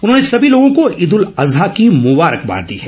उन्होंने सभी लोगों को ईद उल अज्हा की मुबारकबाद दी है